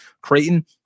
Creighton